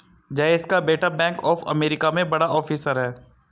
जयेश का बेटा Bank of America में बड़ा ऑफिसर है